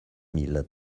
mille